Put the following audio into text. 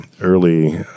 early